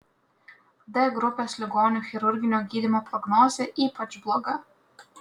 d grupės ligonių chirurginio gydymo prognozė ypač bloga